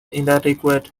inadequate